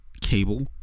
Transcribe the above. cable